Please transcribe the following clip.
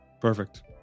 Perfect